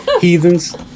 Heathens